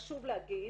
חשוב להגיד